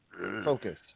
Focus